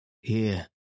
Here